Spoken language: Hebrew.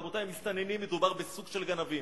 רבותי, מסתננים, מדובר בסוג של גנבים.